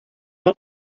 von